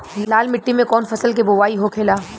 लाल मिट्टी में कौन फसल के बोवाई होखेला?